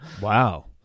Wow